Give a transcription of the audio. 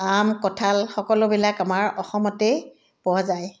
আম কঁঠাল সকলোবিলাক আমাৰ অসমতেই পোৱা যায়